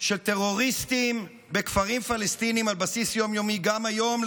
של טרוריסטים בכפרים פלסטיניים על בסיס יום-יומי גם היום,